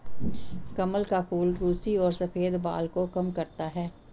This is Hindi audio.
कमल का फूल रुसी और सफ़ेद बाल को कम करता है